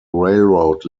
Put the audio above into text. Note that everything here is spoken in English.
railroad